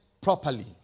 properly